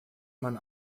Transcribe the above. man